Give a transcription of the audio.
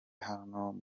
hano